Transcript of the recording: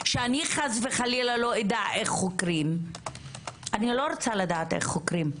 שאני חס וחלילה לא אדע איך חוקרים - אני לא רוצה לדעת איך חוקרים.